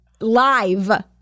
live